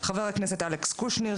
חבר הכנסת אלכס קושניר,